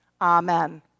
Amen